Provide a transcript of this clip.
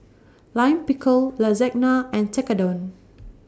Lime Pickle Lasagna and Tekkadon